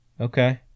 Okay